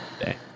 day